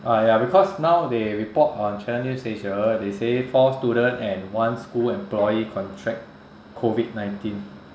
ah ya because now they report on channel news asia they say four student and one school employee contract COVID nineteen